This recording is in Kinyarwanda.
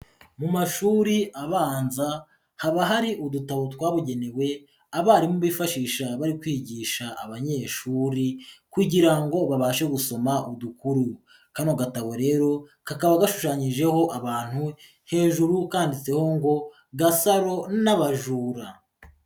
Mu mashuri abanza haba hari udutabo twabugenewe abarimu bifashisha bari kwigisha abanyeshuri kugira ngo babashe gusoma udukuru, kano gatabo rero kakaba gashushanyijeho abantu hejuru kanditseho ngo Gasaro n'abajura.